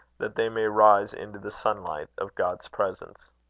that they may rise into the sunlight of god's presence.